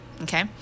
Okay